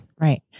Right